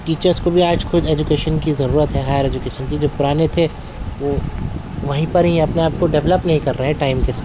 teachers کو بھی آج خود ایجوکیشن کی ضرورت ہے ہائرایجوکیشن کی جو پرانے تھے وہ وہیں پر ہی اپنے آپ کو ڈولپ نہیں کر رہے ہیں ٹائم کے ساتھ